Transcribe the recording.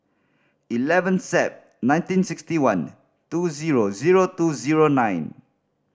eleven Sep nineteen sixty one two zero zero two zero nine